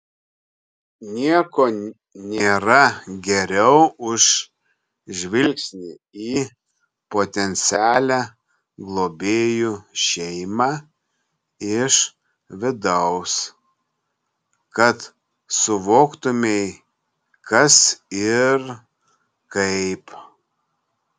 nieko nėra geriau už žvilgsnį į potencialią globėjų šeimą iš vidaus kad suvoktumei kas ir kaip